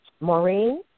Maureen